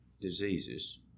diseases